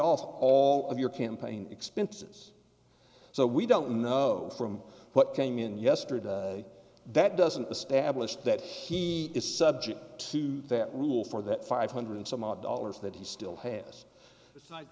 off all of your campaign expenses so we don't know from what came in yesterday that doesn't establish that he is subject to that rule for that five hundred some odd dollars that he still has